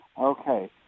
Okay